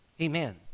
Amen